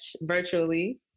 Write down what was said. virtually